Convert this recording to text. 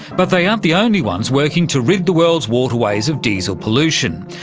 but they aren't the only ones working to rid the world's waterways of diesel pollution.